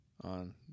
on